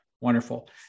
wonderful